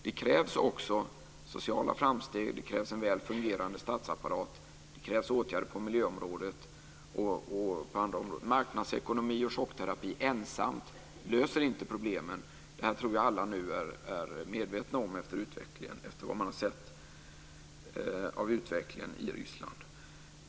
Det krävs också sociala framsteg, det krävs en väl fungerande statsapparat, det krävs åtgärder på miljöområdet och på andra områden. Marknadsekonomi och chockterapi ensamt löser inte problemen. Det är vi alla medvetna om efter att ha sett utvecklingen i Ryssland.